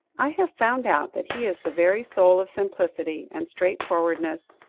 i have found out that he is the very soul of simplicity and straightforwardness,